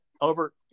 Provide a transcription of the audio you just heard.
over